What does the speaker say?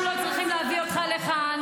בעיניי, אנחנו לא צריכים להביא אותך לכאן.